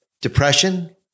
depression